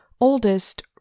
oldest